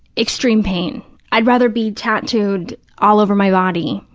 extreme pain. i'd rather be tattooed all over my body,